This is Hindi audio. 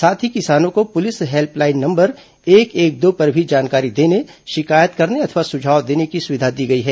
साथ ही किसानों को पुलिस हेल्पलाइन नंबर एक एक दो पर भी जानकारी देने शिकायत करने अथवा सुझाव देने की सुविधा दी गई है